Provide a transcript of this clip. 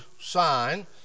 sign